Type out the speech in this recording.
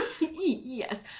Yes